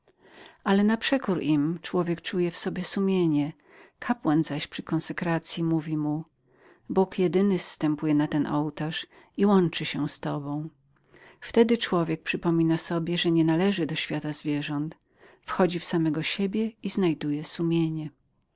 ale na przekor im człowiek czuje w sobie sumienie kapłan zaś przy poświęceniu mówi mu bóg jedyny zstępuje na ten ołtarz i łączy się z tobą wtedy człowiek przypomina sobie że nienależy do natury zwierzęcej wchodzi w samego siebie i znajduje sumienie